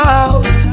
out